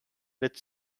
which